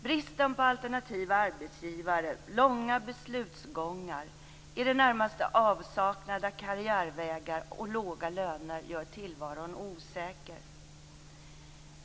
Bristen på alternativa arbetsgivare, långa beslutsgångar, i det närmaste avsaknad av karriärvägar och låga löner gör tillvaron osäker.